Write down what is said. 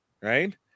right